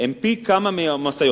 הן פי כמה מהמשאיות.